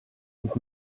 und